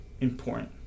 important